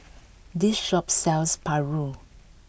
this shop sells Paru